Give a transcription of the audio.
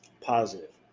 positive